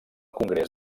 congrés